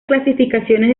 clasificaciones